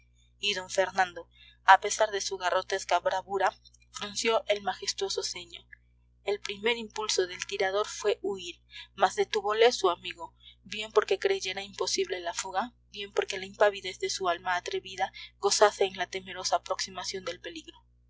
d fernando a pesar de su garrotesca bravura frunció el majestuoso ceño el primer impulso del tirador fue huir más detúvole su amigo bien porque creyera imposible la fuga bien porque la impavidez de su alma atrevida gozase en la temerosa aproximación del peligro